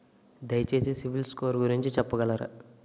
దయచేసి CIBIL score గురించి చెప్పగలరా?